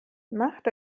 macht